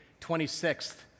26th